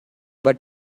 but